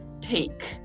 take